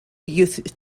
youth